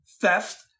theft